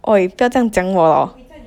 !oi! 不要这样讲我 orh